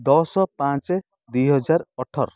ଦଶ ପାଞ୍ଚେ ଦୁଇହଜାର ଅଠର